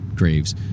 Graves